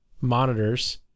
monitors